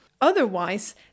Otherwise